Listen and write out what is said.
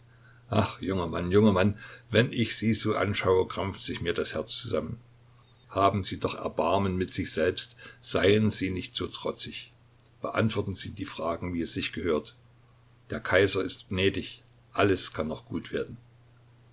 ach junger mann junger mann wenn ich sie so anschaue krampft sich mir das herz zusammen haben sie doch erbarmen mit sich selbst seien sie nicht so trotzig beantworten sie die fragen wie es sich gehört der kaiser ist gnädig alles kann noch gut werden